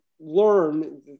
learn